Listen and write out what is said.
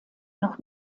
noch